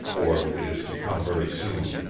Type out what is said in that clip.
or it is to come very soon.